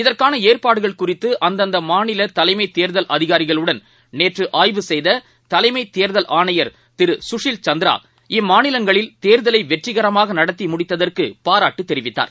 இதற்கான ஏற்பாடுகள் குறித்து அந்தந்த மாநில தலைமை தேர்தல் அதிகாரிகளுடன் நேற்று ஆய்வு செய்த தலைமை தேர்தல் ஆணையர் திரு கூஷில் சந்திரா இம்மாநிலங்களில் தேர்தலை வெற்றிகரமாக நடத்தி முடித்ததற்கு பாராட்டு தெரிவித்தார்